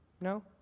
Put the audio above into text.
No